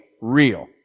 real